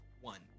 one